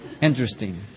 Interesting